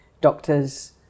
doctors